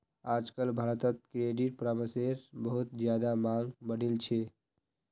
आजकल भारत्त क्रेडिट परामर्शेर बहुत ज्यादा मांग बढ़ील छे